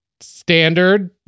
standard